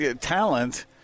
talent